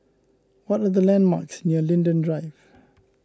what are the landmarks near Linden Drive